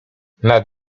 nad